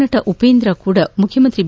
ನಟ ಉಪೇಂದ್ರ ಕೂಡ ಮುಖ್ಯಮಂತ್ರಿ ಬಿ